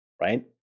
Right